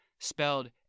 spelled